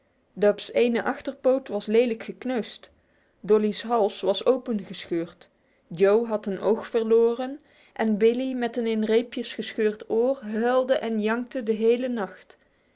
dub's ene achterpoot was lelijk gekneusd dolly's hals was opengescheurd joe had een oog verloren en billee met een in reepjes gescheurd oor huilde en jankte de hele nacht